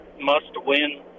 must-win